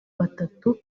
batatu